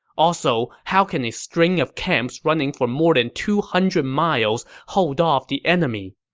also, how can a string of camps running for more than two hundred miles hold off the enemy?